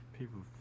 people